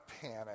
panic